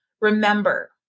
Remember